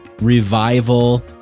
Revival